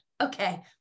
Okay